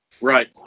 Right